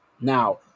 Now